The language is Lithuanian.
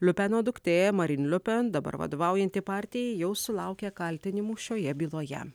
liupeno duktė maryn liupen dabar vadovaujanti partijai jau sulaukė kaltinimų šioje byloje